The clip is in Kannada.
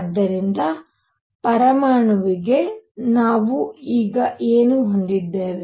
ಆದ್ದರಿಂದ ಪರಮಾಣುವಿಗೆ ನಾವು ಈಗ ಏನು ಹೊಂದಿದ್ದೇವೆ